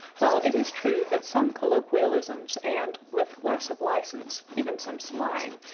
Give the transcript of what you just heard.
while it is true that some colloquialisms and, with less of license, even some slang,